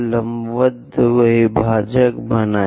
लंबवत द्विभाजक बनाएं